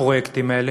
בפרויקטים האלה.